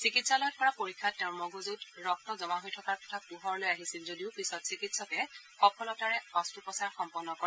চিকিৎসালয়ত কৰা পৰীক্ষাত তেওঁৰ মগজুত ৰক্ত জমা হৈ থকাৰ কথা পোহৰলৈ আহিছিল যদিও পিছত চিকিৎসকে সফলতাৰে অস্ত্ৰোপচাৰ সম্পন্ন কৰে